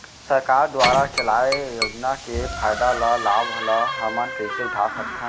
सरकार दुवारा चलाये योजना के फायदा ल लाभ ल हमन कइसे उठा सकथन?